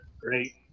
great